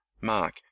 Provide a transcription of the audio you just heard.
Mark